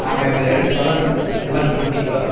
நாம் எடுத்து சொல்லணும் இந்தமாதிரி குந்திக்கோ